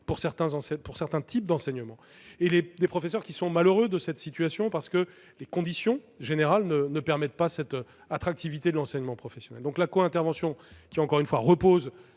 pour certains types d'enseignement. Les professeurs sont malheureux de cette situation, les conditions générales ne permettant pas l'attractivité de l'enseignement professionnel. La co-intervention, pour laquelle nous ne